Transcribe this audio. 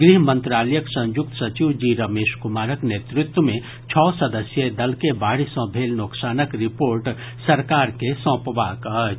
गृह मंत्रालयक संयुक्त सचिव जी रमेश कुमारक नेतृत्व मे छओ सदस्यीय दल के बाढ़ि सँ भेल नोकसानक रिपोर्ट सरकार के सौपबाक अछि